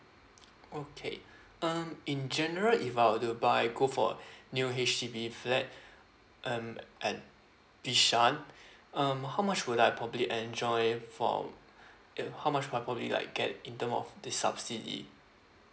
okay um in general if I will to buy go for new H_D_B flat um at bishan um how much would I probably enjoy from uh how much I probably like get in terms of this subsidy